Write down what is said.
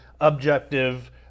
objective